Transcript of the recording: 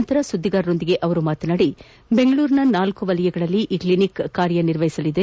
ಬಳಿಕ ಸುದ್ದಿಗಾರರೊಂದಿಗೆ ಮಾತನಾಡಿದ ಅವರು ಬೆಂಗಳೂರಿನ ನಾಲ್ಕೂ ವಲಯಗಳಲ್ಲಿ ಈ ಕ್ಷಿನಿಕ್ ಕಾರ್ಯ ನಿರ್ವಹಿಸಲಿದೆ